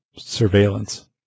surveillance